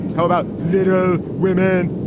how about little women?